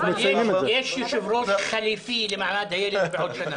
יש יושב-ראש חליפי לוועדה למעמד הילד בעוד שנה,